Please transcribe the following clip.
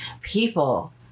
people